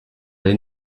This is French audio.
les